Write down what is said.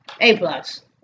A-plus